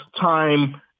time